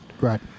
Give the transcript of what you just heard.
Right